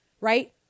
Right